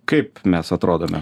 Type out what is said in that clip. kaip mes atrodome